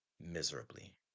miserably